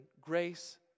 grace